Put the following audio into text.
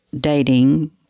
dating